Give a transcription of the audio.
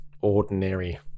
ordinary